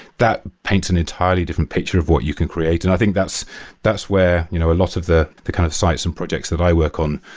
that paints an entirely different picture of what you can create. and i think that's that's where you know a lot of the the kind of sites and projects that i work on,